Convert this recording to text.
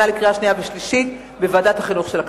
לקריאה שנייה ולקריאה שלישית בוועדת החינוך של הכנסת.